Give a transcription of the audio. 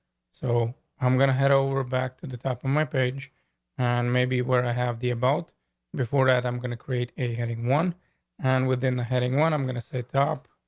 so i'm gonna head over back to the top of my page and maybe where i have the about before that i'm going to create a heading one and within heading one, i'm gonna say top